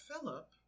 Philip